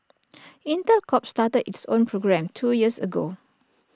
Intel Corp started its own program two years ago